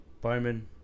Bowman